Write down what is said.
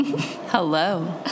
Hello